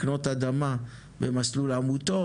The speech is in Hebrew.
לקנות אדמה במסלול עמותות,